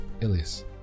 Ilias